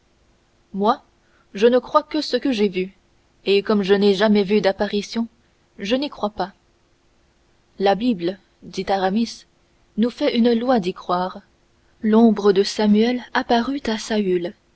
moi je ne crois que ce que j'ai vu et comme je n'ai jamais vu d'apparitions je n'y crois pas la bible dit aramis nous fait une loi d'y croire l'ombre de samuel apparut à